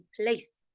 place